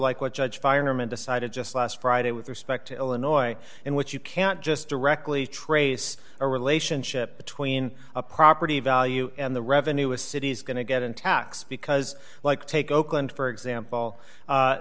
like what judge firemen decided just last friday with respect to illinois in which you can't just directly trace a relationship between a property value and the revenue a city's going to get in tax because like take oakland for example